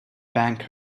bank